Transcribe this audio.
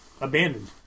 abandoned